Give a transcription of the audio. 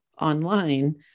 online